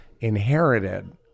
inherited